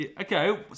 Okay